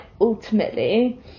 ultimately